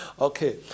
Okay